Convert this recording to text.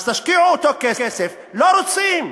אז תשקיעו אותו כסף, לא רוצים.